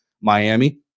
miami